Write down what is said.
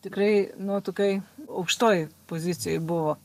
tikrai nu tokioj aukštoj pozicijoj buvo